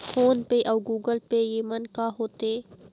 Phone पे अउ Google Pay येमन का होते?